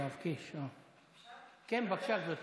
בבקשה, גברתי.